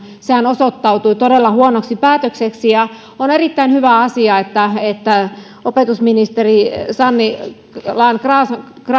sehän osoittautui todella huonoksi päätökseksi ja on erittäin hyvä asia että että opetusministeri sanni grahn